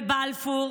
בבלפור,